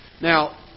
Now